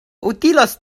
utilos